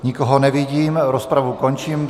Nikoho nevidím, rozpravu končím.